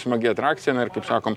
smagi atrakcija na ir kaip sakom